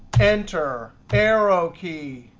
enter, arrow key,